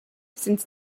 since